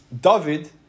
David